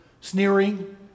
sneering